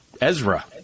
Ezra